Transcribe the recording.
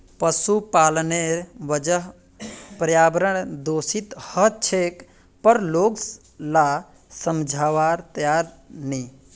पशुपालनेर वजह पर्यावरण दूषित ह छेक पर लोग ला समझवार तैयार नी